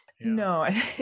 No